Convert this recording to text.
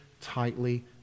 tightly